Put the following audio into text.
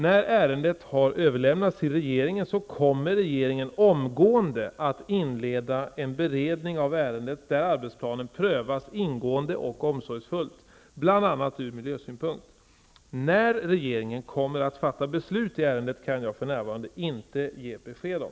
När ärendet har överlämnats till regeringen kommer regeringen omgående att inleda en beredning av ärendet, och arbetsplanen kommer att prövas ingående och omsorgsfullt, bl.a. ur miljösynpunkt. När regeringen kommer att fatta beslut i ärendet kan jag för närvarande inte ge besked om.